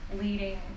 leading